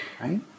Right